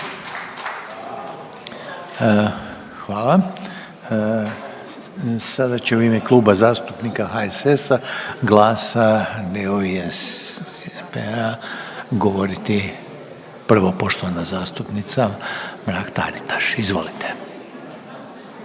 Hvala. Sada će u ime Kluba zastupnika HSS-a, GLASA, SDP-a govoriti prvo poštovana zastupnica Mrak-Taritaš. Izvolite.